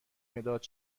مداد